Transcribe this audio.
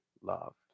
loved